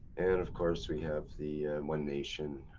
and of course we have the one nation,